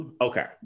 okay